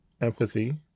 empathy